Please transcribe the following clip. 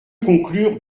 conclure